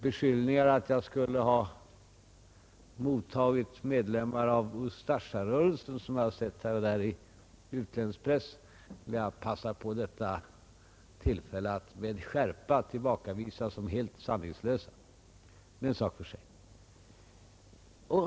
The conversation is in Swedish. Beskyllningar att jag skulle ha mottagit medlemmar av Ustasjarörelsen, som jag har sett här och där i utländsk press, vill jag begagna detta tillfälle att med skärpa tillbakavisa som helt sanningslösa. Det är en sak för sig.